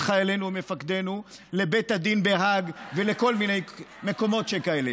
חיילינו ומפקדינו לבית הדין בהאג ולכל מיני מקומות שכאלה.